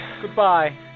Goodbye